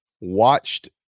watched